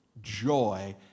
joy